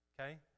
okay